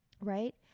Right